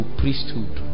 priesthood